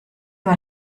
war